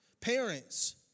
Parents